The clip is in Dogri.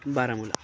बारामूला